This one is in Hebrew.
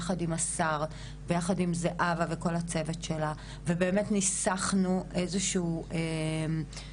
יחד עם השר ויחד עם זהבה וכל הצוות שלה ובאמת ניסחנו איזשהו מתווה,